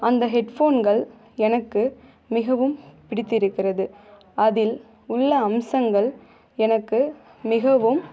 அந்த ஹெட் ஃபோன்கள் எனக்கு மிகவும் பிடித்திருக்கிறது அதில் உள்ள அம்சங்கள் எனக்கு மிகவும்